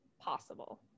possible